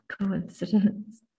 coincidence